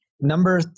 Number